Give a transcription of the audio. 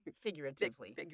Figuratively